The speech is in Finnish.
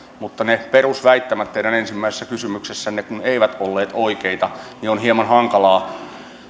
mutta kun ne perusväittämät teidän ensimmäisessä kysymyksessänne eivät olleet oikeita niin on hieman hankalaa